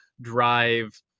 drive